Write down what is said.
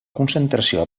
concentració